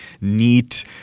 neat